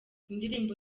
indirimbo